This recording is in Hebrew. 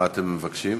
מה אתם מבקשים?